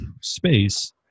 space